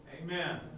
Amen